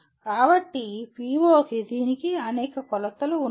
కాబట్టి ఈ PO కి దీనికి అనేక కొలతలు ఉన్నాయి